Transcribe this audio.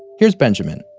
here's benjamin,